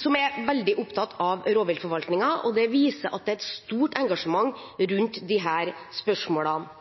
som er veldig opptatt av rovviltforvaltningen. Det viser at det er et stort engasjement rundt disse spørsmålene.